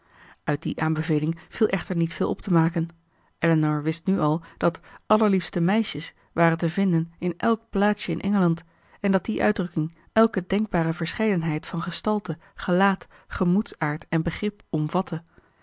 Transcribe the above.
uit die aanbeveling viel echter niet veel op te maken elinor wist nu al dat allerliefste meisjes waren te vinden in elk plaatsje in engeland en dat die uitdrukking elke denkbare verscheidenheid van gestalte gelaat gemoedsaard en begrip omvatte